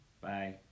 Bye